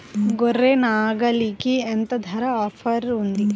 గొర్రె, నాగలికి ఎంత ధర ఆఫర్ ఉంది?